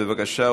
בבקשה,